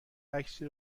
عکسی